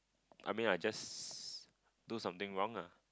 I mean I just do something wrong lah